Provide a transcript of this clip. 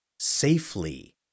Safely